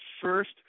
first